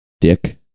dick